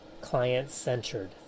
client-centered